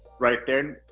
right there.